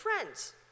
friends